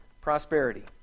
prosperity